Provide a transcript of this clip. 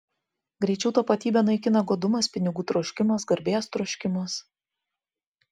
greičiau tapatybę naikina godumas pinigų troškimas garbės troškimas